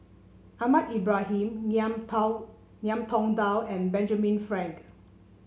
Ahmad Ibrahim Ngiam Tao Ngiam Tong Dow and Benjamin Frank